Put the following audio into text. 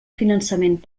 finançament